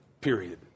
period